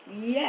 Yes